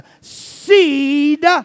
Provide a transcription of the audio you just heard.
seed